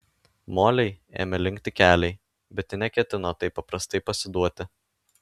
molei ėmė linkti keliai bet ji neketino taip paprastai pasiduoti